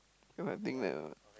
ya I think that ah